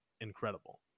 incredible